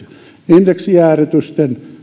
indeksijäädytysten